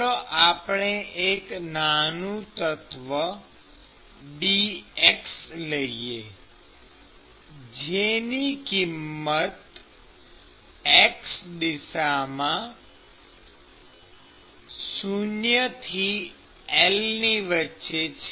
ચાલો આપણે એક નાનું તત્વ dx લઈએ જેની કિમ્મત x દિશામાં 0 થી L ની વચ્ચે છે